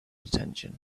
attention